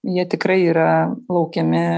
jie tikrai yra laukiami